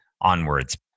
onwards